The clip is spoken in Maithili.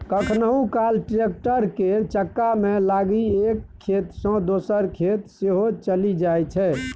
कखनहुँ काल टैक्टर केर चक्कामे लागि एक खेत सँ दोसर खेत सेहो चलि जाइ छै